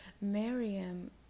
Miriam